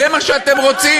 זה מה שאתם רוצים?